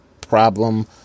problem